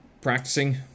practicing